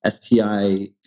STI